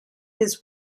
his